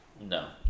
no